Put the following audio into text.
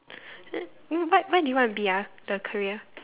eh w~ what what do you want to be ah the career